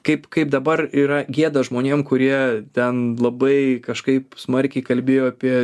kaip kaip dabar yra gėda žmonėm kurie ten labai kažkaip smarkiai kalbėjo apie